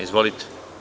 Izvolite.